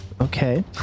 Okay